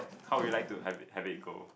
how would you like to have it have it go